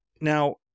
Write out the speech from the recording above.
Now